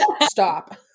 Stop